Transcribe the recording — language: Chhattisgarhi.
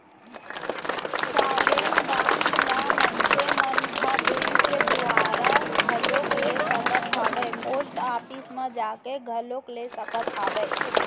साँवरेन बांड ल मनसे मन ह बेंक के दुवारा घलोक ले सकत हावय पोस्ट ऑफिस म जाके घलोक ले सकत हावय